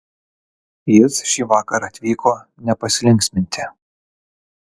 jis šįvakar atvyko ne pasilinksminti